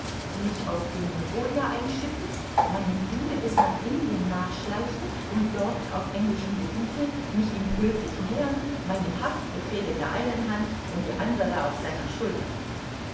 mich auf dem mongolia einschiffen meinem diebe bis nach indien nachschleichen und dort auf englischem gebiete mich ihm höflich nähern meinen haftbefehl in der einen hand und die andere auf seiner schulter